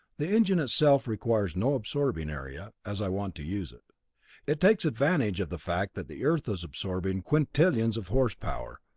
the engine itself requires no absorbing area, as i want to use it it takes advantage of the fact that the earth is absorbing quintillions of horsepower.